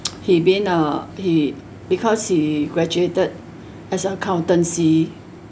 he been uh he because he graduated as accountancy